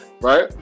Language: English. right